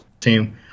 team